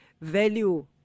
value